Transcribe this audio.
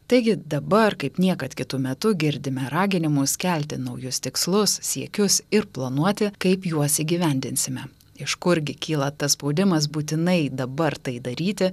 taigi dabar kaip niekad kitu metu girdime raginimus kelti naujus tikslus siekius ir planuoti kaip juos įgyvendinsime iš kurgi kyla tas spaudimas būtinai dabar tai daryti